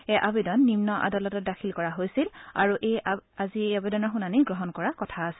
এই আবেদন নিম্ন আদালতত দাখিল কৰা হৈছিল আৰু আজি এই আবেদনৰ শুনানি গ্ৰহণ কৰাৰ কথা আছিল